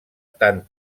tant